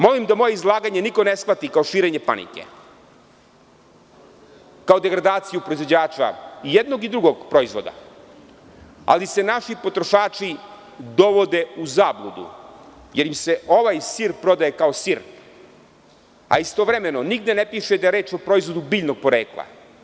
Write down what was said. Molim da moje izlaganje niko ne shvati kao širenje panike, kao degradaciju proizvođača i jednog i drugog proizvoda, ali se naši potrošači dovode u zabludu jer im se ovaj sir prodaje kao sir, a istovremeno, nigde ne piše da je reč o proizvodu biljnog porekla.